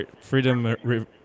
freedom